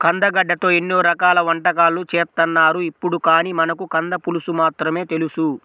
కందగడ్డతో ఎన్నో రకాల వంటకాలు చేత్తన్నారు ఇప్పుడు, కానీ మనకు కంద పులుసు మాత్రమే తెలుసు